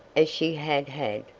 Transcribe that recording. as she had had,